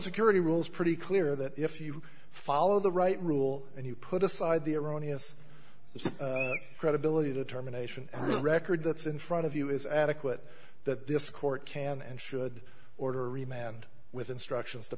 security rules pretty clear that if you follow the right rule and you put aside the erroneous credibility determination and the record that's in front of you is adequate that this court can and should order re manned with instructions to